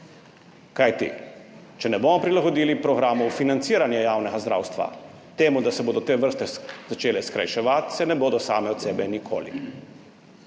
Kajti če ne bomo prilagodili programov financiranja javnega zdravstva temu, da se bodo te vrste začele skrajševati, se ne bodo same od sebe nikoli.